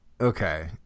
okay